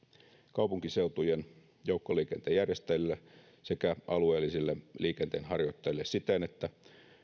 kaupunkiseutujen joukkoliikenteen järjestäjille sekä alueellisille liikenteenharjoittajille siten että